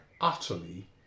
utterly